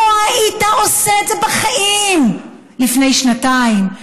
לא היית עושה את זה בחיים לפני שנתיים,